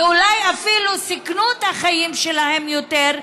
ואולי אפילו סיכנו את החיים שלהן יותר,